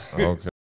Okay